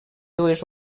dues